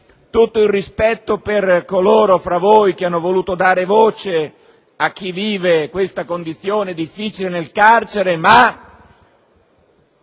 tutto il rispetto per coloro fra voi che hanno voluto dare voce a chi vive questa condizione difficile nel carcere. Ma